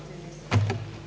Hvala vam